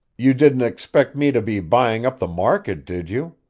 you didn't expect me to be buying up the market, did you?